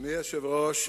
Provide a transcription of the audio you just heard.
אדוני היושב-ראש,